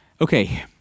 Okay